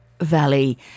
Valley